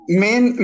main